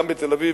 גם בתל-אביב,